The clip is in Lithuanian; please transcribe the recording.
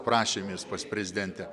prašėmės pas prezidentę